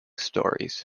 stories